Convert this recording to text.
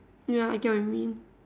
ya I get what you mean